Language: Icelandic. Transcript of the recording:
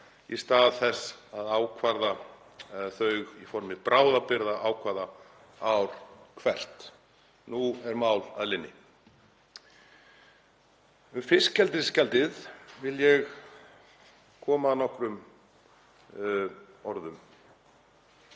í stað þess að ákvarða þau í formi bráðabirgðaákvæða ár hvert. Nú er mál að linni. Um fiskeldisgjaldið vil ég fara nokkrum orðum.